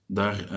daar